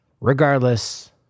Regardless